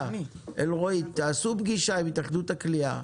אלרועי, תעשו פגישה עם התאחדות הקליעה,